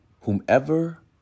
whomever